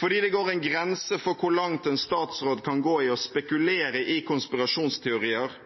fordi det går en grense for hvor langt en statsråd kan gå i å spekulere i konspirasjonsteorier